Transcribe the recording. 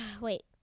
Wait